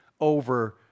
over